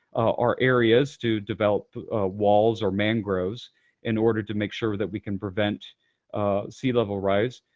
our areas to develop walls or mangroves in order to make sure that we can prevent sea level rise.